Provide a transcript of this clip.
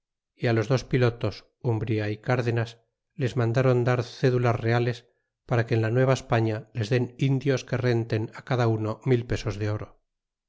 y los dos pilotos umbría y cardenas les mandaron dar cédulas reales para que en la nueva españa les den indios que renten cada uno mil pesos de oro